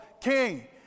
king